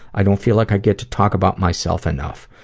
i don't feel like i get to talk about myself enough.